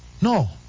No